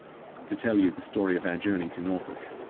to tell you the story of our journey to norfolk.